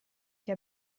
che